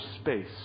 space